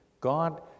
God